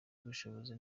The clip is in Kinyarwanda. ubushobozi